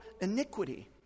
iniquity